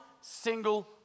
single